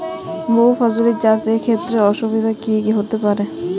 বহু ফসলী চাষ এর ক্ষেত্রে অসুবিধে কী কী হতে পারে?